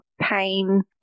pain